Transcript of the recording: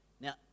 Now